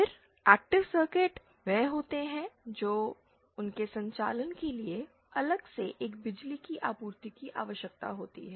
फिर active circuit वे होते हैं जो उनके संचालन के लिए अलग से एक बिजली की आपूर्ति की आवश्यकता होती है